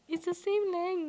it's the same length